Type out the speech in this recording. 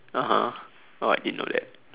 (uh huh) oh I didn't know that